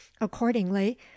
accordingly